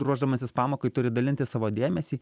ruošdamasis pamokai turi dalinti savo dėmesį